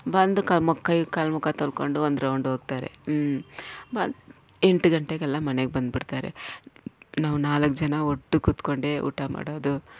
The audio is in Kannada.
ಬಂದು ಕ ಮೊ ಕೈ ಕಾಲು ಮುಖ ತೊಳ್ಕೊಂಡು ಒಂದು ರೌಂಡ್ ಹೋಗ್ತಾರೆ ಹ್ಞೂ ಬ ಎಂಟು ಗಂಟೆಗೆಲ್ಲ ಮನೆಗೆ ಬಂದು ಬಿಡ್ತಾರೆ ನಾವು ನಾಲ್ಕು ಜನ ಒಟ್ಟು ಕುತ್ಕೊಂಡೆ ಊಟ ಮಾಡೋದು